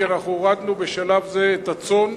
כי אנחנו הורדנו בשלב זה את הצאן,